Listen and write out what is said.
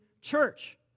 church